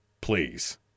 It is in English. please